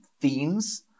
themes